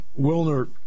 Wilner